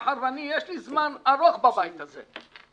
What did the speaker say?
מאחר שיש לי זמן ארוך בבית הזה,